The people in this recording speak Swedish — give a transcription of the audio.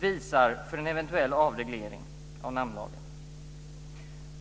visar för en eventuell avreglering av namnlagen.